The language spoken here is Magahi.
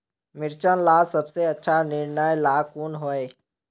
मिर्चन ला सबसे अच्छा निर्णय ला कुन होई?